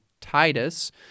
Titus